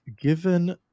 given